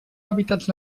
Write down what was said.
hàbitats